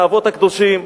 האבות הקדושים,